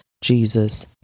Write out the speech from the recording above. Jesus